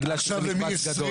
בגלל שזה מקבץ גדול.